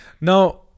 Now